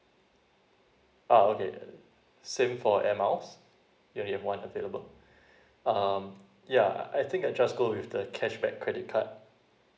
ah okay uh same for air miles yeah you have one available um yeah I I think I just go with the cashback credit card